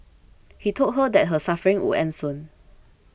he told her that her suffering would end soon